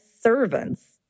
servants